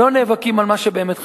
לא נאבקים על מה שבאמת חשוב.